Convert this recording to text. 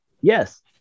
yes